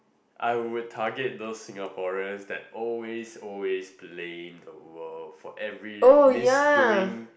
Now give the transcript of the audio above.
I would target those Singaporeans that always always plain the wood for every misdoing